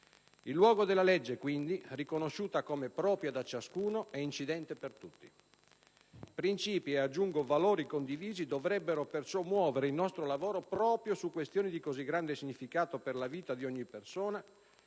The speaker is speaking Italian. Il luogo della legge, quindi, riconosciuta come propria da ciascuno e incidente per tutti. Princìpi e, aggiungo, valori condivisi dovrebbero perciò muovere il nostro lavoro proprio su questioni di così grande significato per la vita di ogni persona,